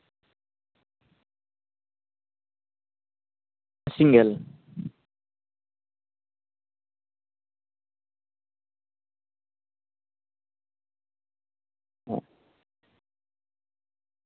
ᱴᱷᱤᱠᱜᱮᱭᱟ